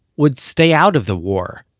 would stay out of the war,